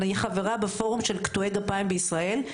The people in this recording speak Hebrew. אני חברה בפורום של קטועי הגפיים בישראל,